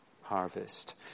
harvest